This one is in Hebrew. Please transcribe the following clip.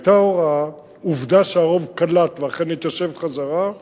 היתה הוראה, עובדה שהרוב קלט ואכן התיישב חזרה,